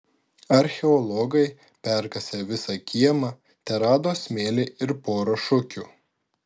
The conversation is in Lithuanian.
archeologai perkasę visą kiemą terado smėlį ir porą šukių